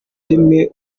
rimwe